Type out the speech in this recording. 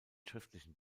schriftlichen